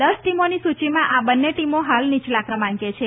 દસ ટીમોની સૂચિમાં આ બંને ટીમો હાલ નીચલા ક્રમાંકે છે